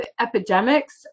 epidemics